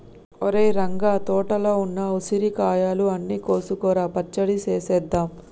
ఒరేయ్ రంగ తోటలో ఉన్న ఉసిరికాయలు అన్ని కోసుకురా పచ్చడి సేసేద్దాం